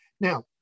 Now